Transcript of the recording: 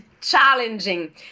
challenging